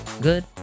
good